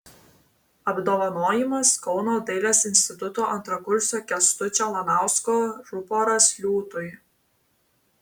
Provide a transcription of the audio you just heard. apdovanojimas kauno dailės instituto antrakursio kęstučio lanausko ruporas liūtui